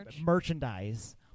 merchandise